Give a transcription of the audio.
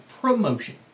promotion